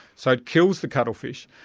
so it kills the cuttlefish.